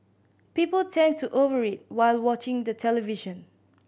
people tend to over eat while watching the television